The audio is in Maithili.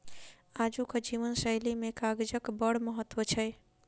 आजुक जीवन शैली मे कागजक बड़ महत्व छै